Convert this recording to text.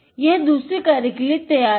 यह दुसरे कार्य के लिए तैयार है